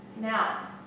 Now